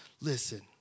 Listen